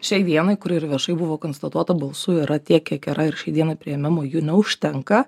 šiai dienai kur ir viešai buvo konstatuota balsų yra tiek kiek yra ir šiai dienai priėmimui jų neužtenka